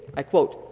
i quote,